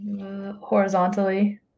horizontally